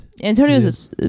Antonio's